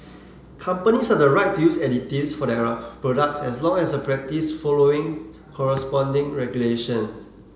companies have the right to use additives for their products as long as this practice following follows corresponding regulations